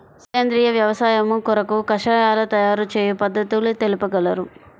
సేంద్రియ వ్యవసాయము కొరకు కషాయాల తయారు చేయు పద్ధతులు తెలుపగలరు?